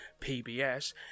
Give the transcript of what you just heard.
PBS